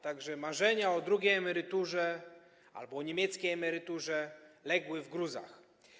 Tak że marzenia o drugiej emeryturze albo o niemieckiej emeryturze legły w gruzach.